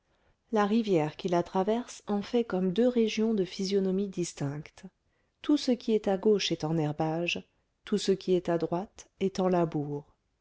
la rivière qui la traverse en fait comme deux régions de physionomie distincte tout ce qui est à gauche est en herbage tout ce qui est à droite est en labour